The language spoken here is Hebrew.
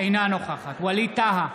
אינה נוכחת ווליד טאהא,